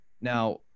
Now